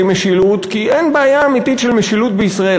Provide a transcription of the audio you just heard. משילות כי אין בעיה אמיתית של משילות בישראל.